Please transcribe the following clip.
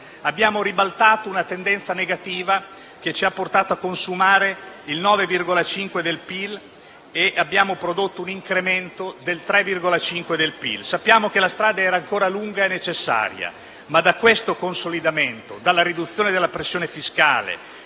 Abbiamo ribaltato una tendenza negativa che ci ha portato a consumare il 9,5 per cento del PIL e abbiamo prodotto un incremento del 3,5 per cento del PIL. Sappiamo che la strada è ancora lunga, ma dobbiamo partire da questo consolidamento, dalla riduzione della pressione fiscale